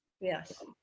Yes